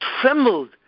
trembled